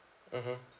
mmhmm